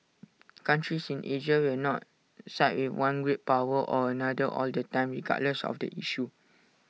countries in Asia will not side with one great power or another all the time regardless of the issue